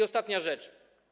Ostatnia rzecz.